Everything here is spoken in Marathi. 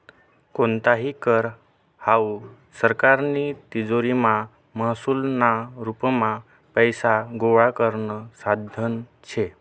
कोणताही कर हावू सरकारनी तिजोरीमा महसूलना रुपमा पैसा गोळा करानं साधन शे